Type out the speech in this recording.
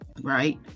right